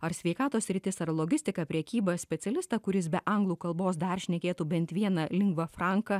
ar sveikatos sritis ar logistika prekyba specialistą kuris be anglų kalbos dar šnekėtų bent viena lengva franka